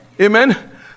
Amen